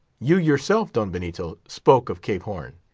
you yourself, don benito, spoke of cape horn,